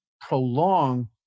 prolong